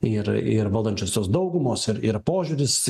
ir ir valdančiosios daugumos ir ir požiūris